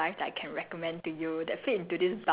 I I'm thinking of like who